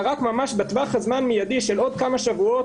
רק ממש בטווח הזמן המיידי של עוד כמה שבועות,